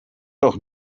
doch